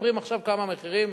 מספרים עכשיו כמה המחירים